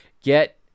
get